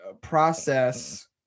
process